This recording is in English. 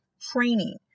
training